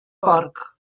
porc